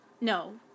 no